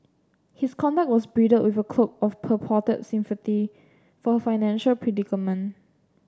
his conduct was bridled with a cloak of purported sympathy for her financial predicament